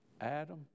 Adam